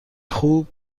خوب